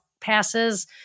passes